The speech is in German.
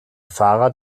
fahrer